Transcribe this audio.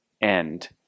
end